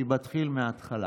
אני מתחיל מהתחלה.